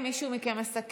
תודה רבה לך.